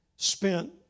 spent